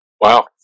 Wow